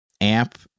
amp